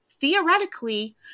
theoretically